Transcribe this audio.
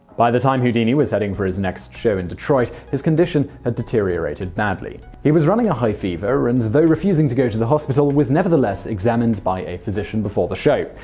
by the time houdini was heading for his next show in detroit, his condition had deteriorated badly. he was running a high fever and, though refusing to go to the hospital, was nevertheless examined by a physician before the show.